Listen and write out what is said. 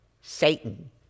Satan